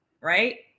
right